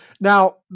Now